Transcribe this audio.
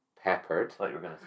peppered